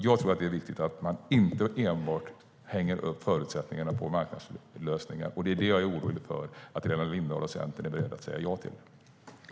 Jag tror att det är viktigt att man inte enbart hänger upp förutsättningarna på marknadslösningar. Jag är orolig för att Helena Lindahl och Centern är beredda att säga ja till det.